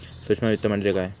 सूक्ष्म वित्त म्हणजे काय?